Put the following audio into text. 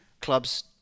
clubs